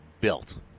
built